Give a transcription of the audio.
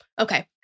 Okay